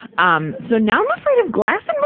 um so, now i'm afraid of glass in my